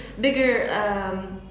bigger